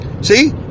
See